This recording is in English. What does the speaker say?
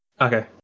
Okay